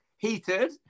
Heated